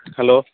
hello